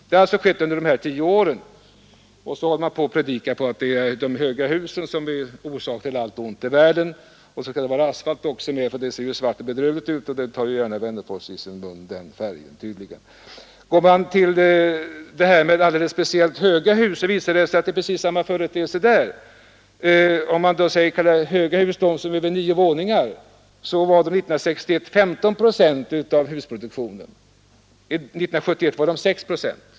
Och ändå håller man på och predikar om att det är de höga husen som är orsak till allt ont i världen och så falten också, för det ger ju ett svart och nämner herr Wennerfors gärna bedrövligt intryck. De speciellt höga husen, de som har mer än nio våningar, visar samma utveckling. År 1961 var de 15 procent av husproduktionen, 1971 var de 6 procent.